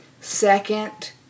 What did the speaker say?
second